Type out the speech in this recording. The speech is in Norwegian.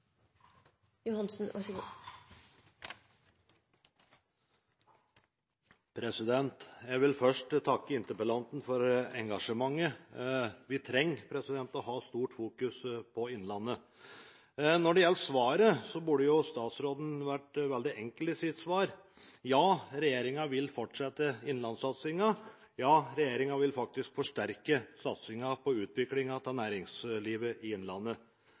trenger et sterkt fokus på Innlandet. Når det gjelder svaret, burde statsråden ha vært veldig enkel i sitt svar: Ja, regjeringen vil fortsette innlandssatsingen – ja, regjeringen vil faktisk forsterke satsingen på utviklingen av næringslivet i Innlandet.